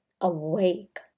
awake